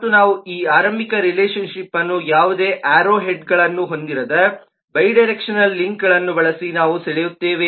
ಮತ್ತು ನಾವು ಈ ಆರಂಭಿಕ ರಿಲೇಶನ್ ಶಿಪ್ಅನ್ನು ಯಾವುದೇ ಆರೋ ಹೆಡ್ಗಳನ್ನು ಹೊಂದಿರದ ಬೈಡೈರೆಕ್ಷನಲ್ ಲಿಂಕ್ಗಳನ್ನು ಬಳಸಿ ನಾವು ಸೆಳೆಯುತ್ತೇವೆ